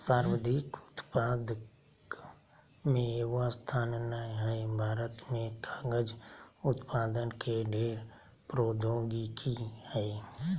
सर्वाधिक उत्पादक में एगो स्थान नय हइ, भारत में कागज उत्पादन के ढेर प्रौद्योगिकी हइ